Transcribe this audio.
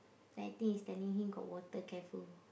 then I think he's telling him got water careful